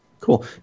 cool